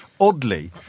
Oddly